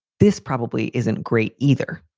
this probably isn't great either